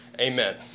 amen